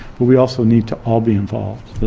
but we also need to all be involved.